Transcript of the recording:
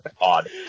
odd